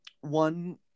One